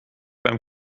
beim